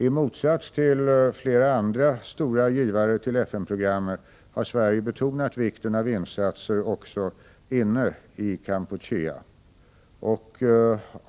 I motsats till flera andra stora givare till FN-programmet har Sverige betonat vikten av insatser också inne i Kampuchea.